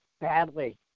badly